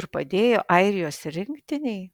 ir padėjo airijos rinktinei